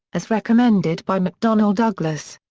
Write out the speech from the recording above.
as recommended by mcdonnell douglas.